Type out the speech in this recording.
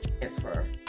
transfer